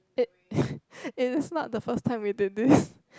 it it is not the first time we did this